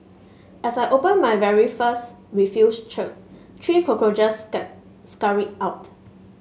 as I opened my very first refuse chute three cockroaches scurried out